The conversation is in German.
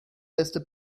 beste